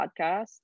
podcast